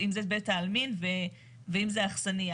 אם זה בין העלמין ואם זו האכסניה.